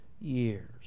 years